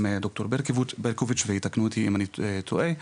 דוקטור ברקוביץ ויתקנו אותי אם אני טועה,